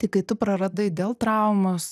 tai kai tu praradai dėl traumos